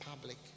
public